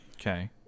Okay